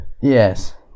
yes